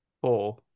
Four